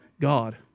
God